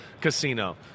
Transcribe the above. casino